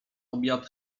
obiad